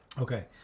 Okay